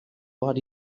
what